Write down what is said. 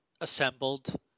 assembled